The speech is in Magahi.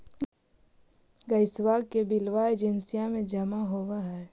गैसवा के बिलवा एजेंसिया मे जमा होव है?